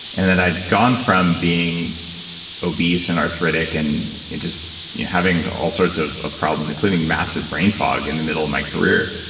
and then i'd gone from being obese, and arthritic, and just having all sorts of of problems, including massive brain fog in the middle of my career,